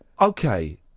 Okay